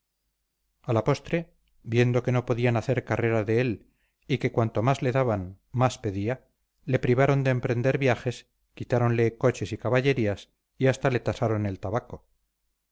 a la postre viendo que no podían hacer carrera de él y que cuanto más le daban más pedía le privaron de emprender viajes quitáronle coches y caballerías y hasta le tasaron el tabaco